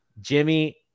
Jimmy